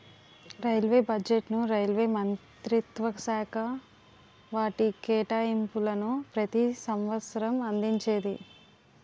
railway బడ్జెట్ను railway మంత్రిత్వశాఖ వాటి కేటాయింపులను ప్రతి సంవసరం అందించేది